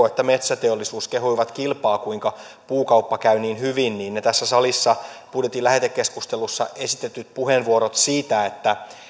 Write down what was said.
että metsäteollisuus kehuivat kilpaa kuinka puukauppa käy niin hyvin niin ne tässä salissa budjetin lähetekeskustelussa esitetyt puheenvuorot siitä että